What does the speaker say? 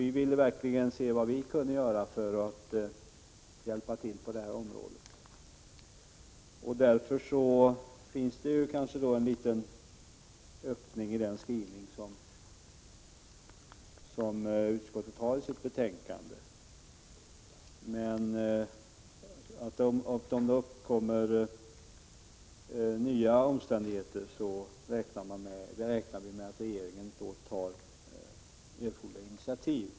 Vi ville verkligen se vad vi kunde göra för att hjälpa till på det området, och kanske finns det en liten öppning i den skrivning som utskottet har gjort i sitt betänkande, att om det framkommer nya omständigheter, räknar vi med att regeringen tar erforderliga initiativ.